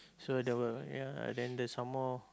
so there were ya then there's some more